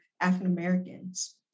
African-Americans